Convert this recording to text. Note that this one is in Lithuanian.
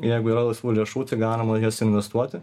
jeigu yra laisvų lėšų tai galima jas investuoti